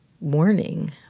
warning